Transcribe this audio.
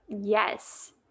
Yes